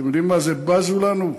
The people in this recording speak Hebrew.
אתם יודעים מה זה בזו לנו?